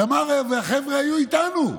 תמר והחבר'ה היו איתנו.